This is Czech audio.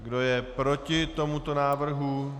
Kdo je proti tomuto návrhu?